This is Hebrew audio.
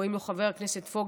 קוראים לו חבר הכנסת פוגל.